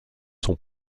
sont